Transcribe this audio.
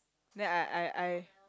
then I I I